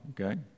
okay